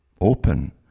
open